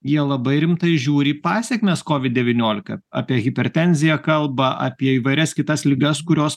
jie labai rimtai žiūri į pasekmes covid devyniolika apie hipertenziją kalba apie įvairias kitas ligas kurios